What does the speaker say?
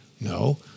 No